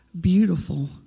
beautiful